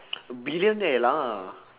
billionaire lah